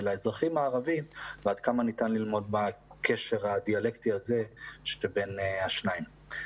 ואל האזרחים הערבים ועד כמה ניתן ללמוד בקשר הדיאלקטי הזה שבין השניים.